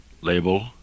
label